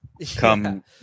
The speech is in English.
come